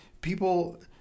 People